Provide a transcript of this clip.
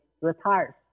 retires